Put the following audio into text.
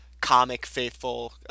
comic-faithful